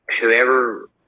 whoever